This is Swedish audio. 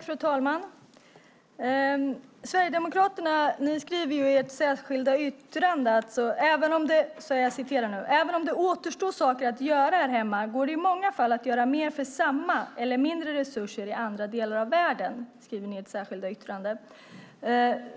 Fru talman! Sverigedemokraterna skriver i sitt särskilda yttrande: "Även om det ännu återstår saker att göra här hemma, går det i många fall att göra mycket mer för samma, eller mindre, resurser i andra delar av världen."